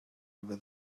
over